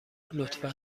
لطفا